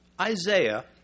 Isaiah